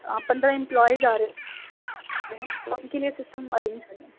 ہاں پندرہ ایمپلائز آ رہے ہیں تو ان کے لیے سسٹم ارینج کرنے ہیں